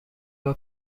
بار